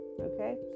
okay